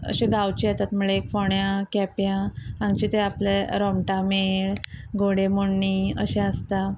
अशे गांवचे येतात म्हणले फोण्या केप्या हांगचे ते आपले रोमटा मेळ घोडे मोडणी अशें आसता